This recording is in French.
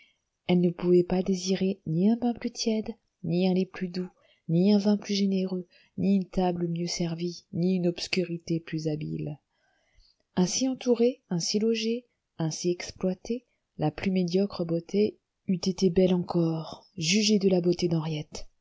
elle ne pouvait pas désirer ni un bain plus tiède ni un lit plus doux ni un vin plus généreux ni une table mieux servie ni une obscurité plus habile ainsi entourée ainsi logée ainsi exploitée la plus médiocre beauté eût été belle encore jugez de la beauté d'henriette